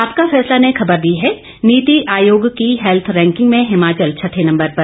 आपका फैसला ने खबर दी है नीति आयोग की हैत्थ रैकिंग में हिमाचल छठे नंबर पर